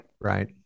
right